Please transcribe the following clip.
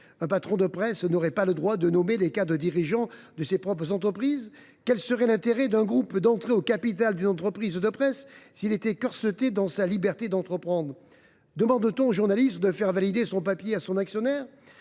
Un patron de presse n’aurait pas le choix de nommer les cadres dirigeants de ses propres entreprises ? Quel serait l’intérêt pour un groupe d’entrer au capital d’une entreprise de presse s’il était corseté dans sa liberté d’entreprendre ? Demande t on au journaliste de faire valider son papier par son actionnaire ?